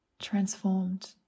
transformed